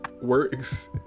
works